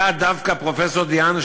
היה דווקא פרופסור דה-האן,